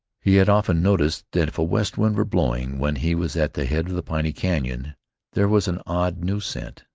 he had often noticed that if a west wind were blowing when he was at the head of the piney canon there was an odd, new scent.